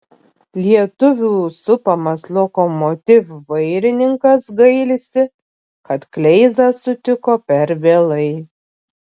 lietuvių supamas lokomotiv vairininkas gailisi kad kleizą sutiko per vėlai